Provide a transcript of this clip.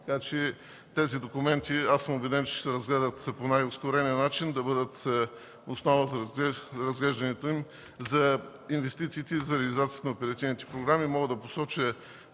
така че тези документи, убеден съм, че ще се разгледат по най-ускорения начин, да бъдат основата за разглеждането за инвестициите и реализацията на оперативните програми.